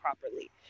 properly